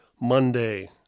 Monday